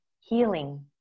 healing